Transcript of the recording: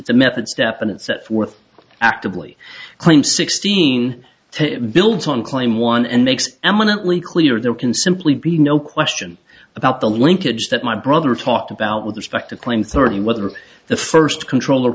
a method step and it sets forth actively claim sixteen to build on claim one and makes eminently clear there can simply be no question about the linkage that my brother talked about with respect to claim thirteen whether the first control